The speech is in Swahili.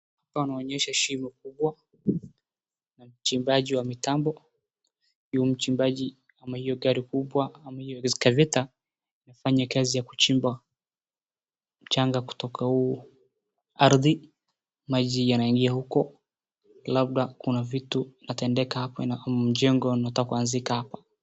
Hapa inaonyesha shimo kubwa, wachimbaji wa mitambo, huyu mchimbaji wa hiyo gari kubwa ama escalator anafanya kazi ya kuchimba mchanga kutoka ardhi, maji yanaingia huko, labda kuna vitu inatendeka hapo, mjengo inataka kuanzika hapo.